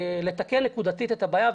לתקן נקודתית את הבעיה,